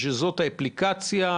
שזאת האפליקציה שאתם הולכים עליה?